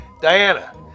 Diana